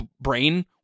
brain